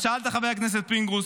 אז שאלת, חבר הכנסת פינדרוס: